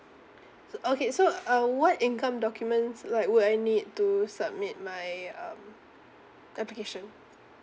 so okay so uh what income documents like would I need to submit my um application